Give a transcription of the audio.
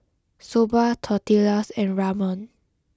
soba tortillas and ramen